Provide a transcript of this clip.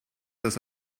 das